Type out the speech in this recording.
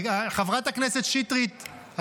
חברת הכנסת שטרית,